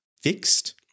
fixed